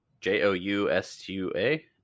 j-o-u-s-u-a